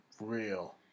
Real